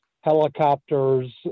helicopters